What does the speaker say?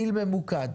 טיל ממוקד.